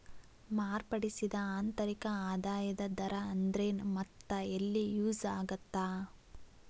ಮಾರ್ಪಡಿಸಿದ ಆಂತರಿಕ ಆದಾಯದ ದರ ಅಂದ್ರೆನ್ ಮತ್ತ ಎಲ್ಲಿ ಯೂಸ್ ಆಗತ್ತಾ